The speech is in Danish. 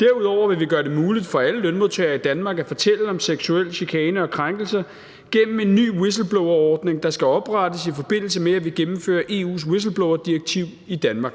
Derudover vil vi gøre det muligt for alle lønmodtagere i Danmark at fortælle om seksuel chikane og krænkelse gennem en ny whistleblowerordning, der skal oprettes i forbindelse med, at vi gennemfører EU’s whistleblowerdirektiv i Danmark.